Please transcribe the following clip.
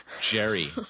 jerry